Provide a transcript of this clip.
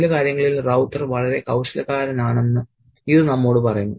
ചില കാര്യങ്ങളിൽ റൌത്തർ വളരെ കൌശലക്കാരനാണെന്ന് ഇത് നമ്മോട് പറയുന്നു